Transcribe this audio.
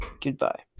Goodbye